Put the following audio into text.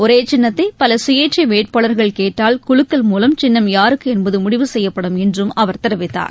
ஒரேசின்னத்தைபலசுயேச்சைவேட்பாளர்கள் கேட்டால் குலுக்கல் மூலம் சின்னம் யாருக்குஎன்பதுமுடிவு செய்யப்படும் என்றும் அவர் தெரிவித்தார்